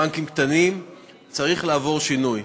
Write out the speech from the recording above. כמה בנקים קטנים וצריך לעבור שינוי,